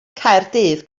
caerdydd